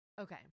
Okay